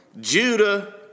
Judah